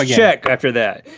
ah check after that.